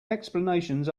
explanations